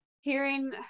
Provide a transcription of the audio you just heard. hearing